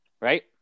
right